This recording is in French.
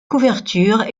couverture